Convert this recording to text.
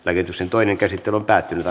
toiseen käsittelyyn